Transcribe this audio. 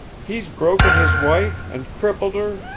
he's broken his wife, and crippled her,